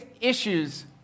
issues